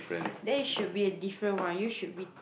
then it should be a different one you should be